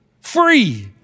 free